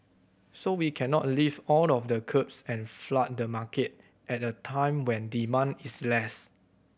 so we cannot lift all of the curbs and flood the market at a time when demand is less